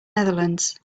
netherlands